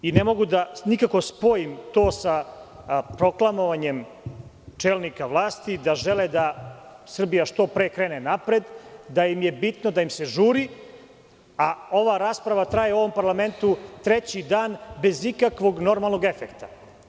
Ne mogu nikako da spojim to sa proklamovanjem čelnika vlasti da žele da Srbija što pre krene napred, da im je bitno, da im se žuri, a ova rasprava u ovom parlamentu traje treći dan, bez ikakvog normalnog efekta.